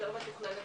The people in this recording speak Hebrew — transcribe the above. יותר מתוכננת,